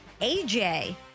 AJ